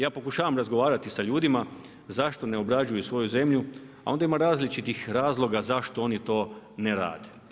Ja pokušavam razgovarati sa ljudima zašto ne obrađuju svoju zemlju a onda ima različitih razloga zašto oni to ne rade.